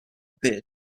bed